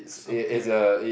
something like that